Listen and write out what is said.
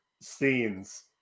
scenes